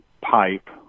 pipe